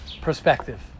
perspective